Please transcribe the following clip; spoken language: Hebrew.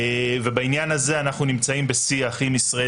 ובעניין הזה אנחנו נמצאים בשיח עם ישראל